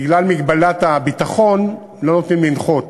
בגלל מגבלת הביטחון לא נותנים לנחות